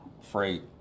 freight